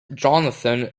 jonathan